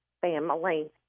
family